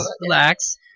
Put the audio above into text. relax